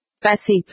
Passive